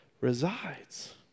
resides